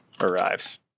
arrives